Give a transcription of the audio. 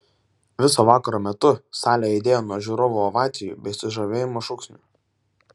viso vakaro metu salė aidėjo nuo žiūrovų ovacijų bei susižavėjimo šūksnių